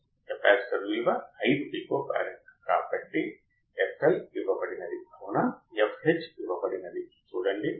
అంటే అది voltage follower తప్ప మరొకటి కాదు సరే